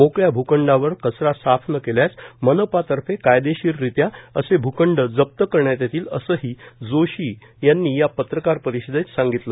मोकळ्या भूखंडावर कचरा साफ न केल्यास मनपातर्फे कायदेशीररित्या असे भूखंड जप्त करण्यात येतील असेही जोशी या पत्रकार परिषदेत सांगितले